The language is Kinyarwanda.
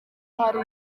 hari